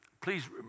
Please